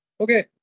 Okay